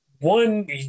one